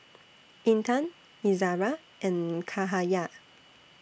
Intan Izara and Cahaya